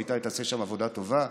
אמיתי תעשה שם עבודה טובה,